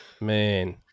man